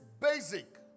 basic